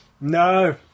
No